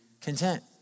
content